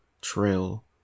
trail